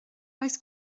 oes